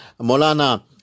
Molana